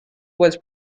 was